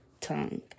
tongue